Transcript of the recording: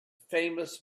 famous